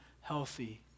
healthy